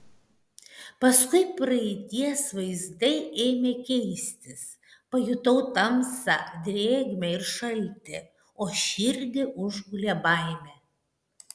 paskui praeities vaizdai ėmė keistis pajutau tamsą drėgmę ir šaltį o širdį užgulė baimė